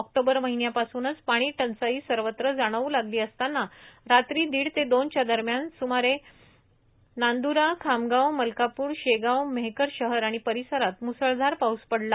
October महिन्यापासूनच पाणीटंचाई सर्वत्र जाणवू लागली असताना रात्री दीड ते दोनच्या दरम्यान सुमारे नांद्रा खामगाव मलकापूर शेगाव मेहकर शहर आणि परिसरात मुसळधार पाऊस पडला